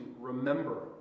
remember